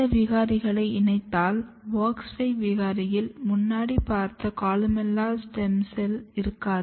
இந்த விகாரிகளை இணைத்தால் WOX 5 விகாரியில் முன்னாடிப் பார்த்த கொலுமெல்லா ஸ்டெம் செல் இருக்காது